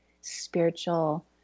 spiritual